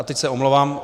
Teď se omlouvám.